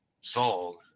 song